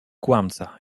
kłamca